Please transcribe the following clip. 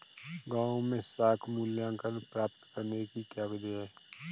गाँवों में साख मूल्यांकन प्राप्त करने की क्या विधि है?